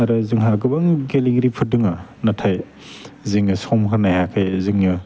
आरो जोंहा गोबां गेलेगिरिफोर दङ नाथाय जोङो सम होनो हायाखै जोङो